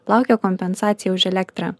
laukia kompensacijų už elektrą